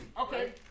Okay